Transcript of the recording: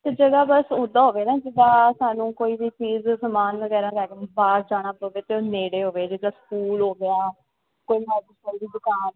ਅਤੇ ਜਗ੍ਹਾ ਬਸ ਉੱਦਾਂ ਹੋਵੇ ਨਾ ਜਿੱਦਾਂ ਸਾਨੂੰ ਕੋਈ ਵੀ ਚੀਜ਼ ਸਮਾਨ ਵਗੈਰਾ ਲੈ ਕੇ ਵੀ ਬਾਹਰ ਜਾਣਾ ਪਵੇ ਤਾਂ ਉਹ ਨੇੜੇ ਹੋਵੇ ਜਿੱਦਾਂ ਸਕੂਲ ਹੋ ਗਿਆ ਕੋਈ ਦੁਕਾਨ